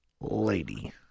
lady